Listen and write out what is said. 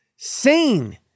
Sane